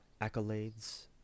accolades